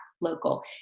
local